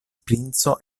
princo